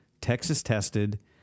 Texas-tested